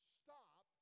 stop